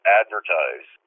advertise